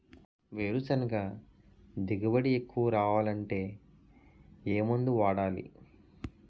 వేరుసెనగ దిగుబడి ఎక్కువ రావాలి అంటే ఏ మందు వాడాలి?